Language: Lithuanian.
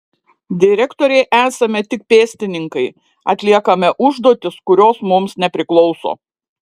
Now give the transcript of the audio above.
direktorei esame tik pėstininkai atliekame užduotis kurios mums nepriklauso